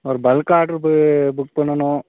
ஒரு பல்க் ஆர்டருக்கு புக் பண்ணணும்